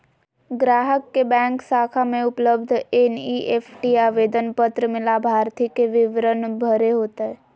ग्राहक के बैंक शाखा में उपलब्ध एन.ई.एफ.टी आवेदन पत्र में लाभार्थी के विवरण भरे होतय